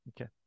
Okay